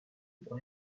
pour